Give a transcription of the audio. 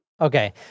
Okay